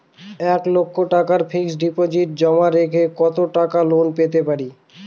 এক লক্ষ টাকার fixed deposit জমা রেখে কত টাকা লোন পেতে পারি?